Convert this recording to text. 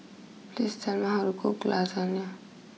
please tell me how to cook Lasagne